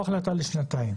פה ההחלטה לשנתיים.